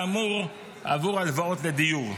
כאמור, עבור הלוואות לדיור.